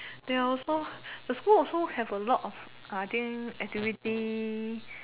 they are also the school also have a lot of I think activity